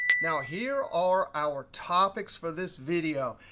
now, here are our topics for this video.